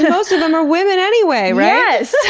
and most of them are women anyway, right! yes!